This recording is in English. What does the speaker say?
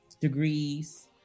degrees